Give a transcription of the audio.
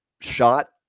shot